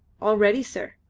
all ready, sir.